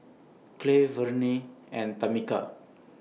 Clay Verne and Tamika